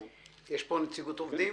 יש פה נציגות של העובדים?